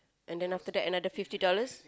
and then after that another fifty dollars